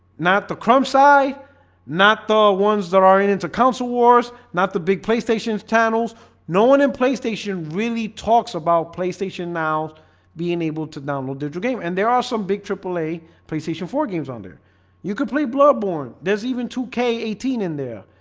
not the crumbs. i not the ones that are into console wars, not the big playstation channels no one in playstation really talks about playstation now being able to download digital game and there are some big triple-a playstation four games on there you can play blood-borne. there's even two k eighteen in there